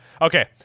Okay